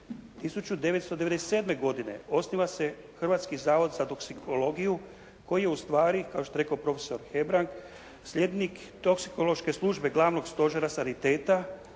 1997. godine osniva se Hrvatski zavod za toksikologiju koji je ustvari kao što je rekao profesor Hebrang slijednik toksikološke službe glavnog stožera saniteta